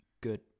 good